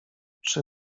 czy